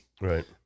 Right